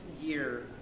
year